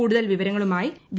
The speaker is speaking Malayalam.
കൂടുതൽ വിവരങ്ങളുമായി വി